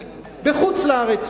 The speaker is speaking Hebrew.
בחוץ-לארץ.